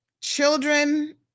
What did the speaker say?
Children